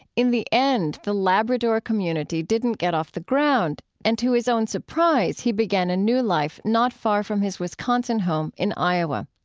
in the end, the labrador community didn't get off the ground, and to his own surprise, he began a new life not far from his wisconsin home, in iowa.